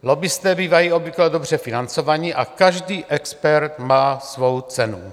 Lobbisté bývají obvykle dobře financovaní a každý expert má svou cenu.